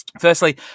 Firstly